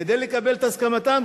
כדי לקבל את הסכמתם,